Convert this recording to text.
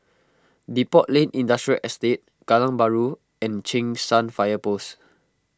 Depot Lane Industrial Estate Kallang Bahru and Cheng San Fire Post